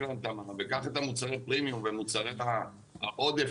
וקח את מוצרי הפרימיום ומוצרי העודף,